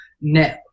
No